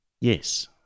Yes